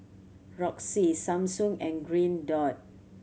Roxy Samsung and Green Dot